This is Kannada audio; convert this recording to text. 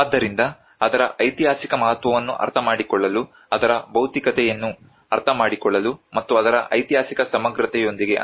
ಆದ್ದರಿಂದ ಅದರ ಐತಿಹಾಸಿಕ ಮಹತ್ವವನ್ನು ಅರ್ಥಮಾಡಿಕೊಳ್ಳಲು ಅದರ ಭೌತಿಕತೆಯನ್ನು ಅರ್ಥಮಾಡಿಕೊಳ್ಳಲು ಮತ್ತು ಅದರ ಐತಿಹಾಸಿಕ ಸಮಗ್ರತೆಯೊಂದಿಗೆ